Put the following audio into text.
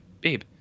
babe